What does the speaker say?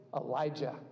Elijah